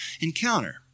encounter